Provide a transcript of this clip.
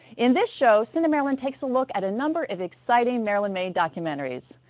in this show, cinemaryland takes a look at a number of exciting maryland made documentaries.